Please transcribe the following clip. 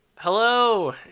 Hello